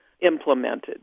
implemented